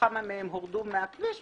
וכמה מהן הורדו מהכביש.